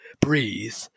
breathe